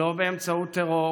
לא באמצעות טרור